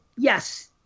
Yes